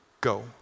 go